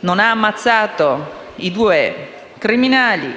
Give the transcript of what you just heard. non ha ammazzato i due criminali,